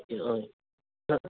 okay हय